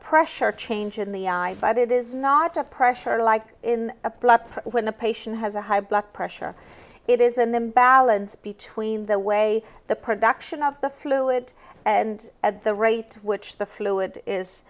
pressure change in the eye but it is not a pressure like in a blob when the patient has a high blood pressure it is an imbalance between the way the production of the fluid and at the rate at which the fluid is